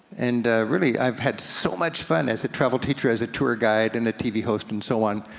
and really, i've had so much fun as a travel teacher, as a tour guide, and a tv host and so on,